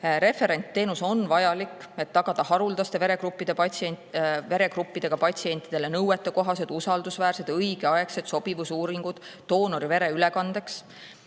Referentteenus on vajalik, et tagada haruldaste veregruppidega patsientidele nõuetekohased, usaldusväärsed, õigeaegsed sobivusuuringud doonorivere ülekandeks.